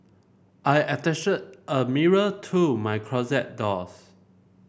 I attached a mirror to my closet doors